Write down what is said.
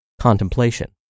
contemplation